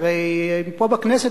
הרי פה בכנסת,